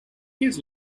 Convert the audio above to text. his